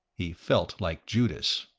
he felt like judas.